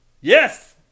Yes